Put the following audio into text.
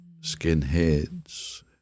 skinheads